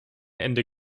ende